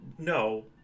No